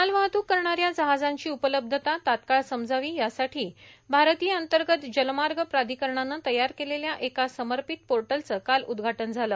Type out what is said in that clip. मालवाहतूक करणाऱ्या जहाजांची उपलब्धता तात्काळ समजावी यासाठी भारतीय अंतर्गत जलमार्ग प्राधिकरणानं तयार केलेल्या एका समर्पित पोर्टलचं काल उद्घाटन झालं